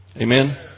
Amen